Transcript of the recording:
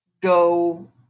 go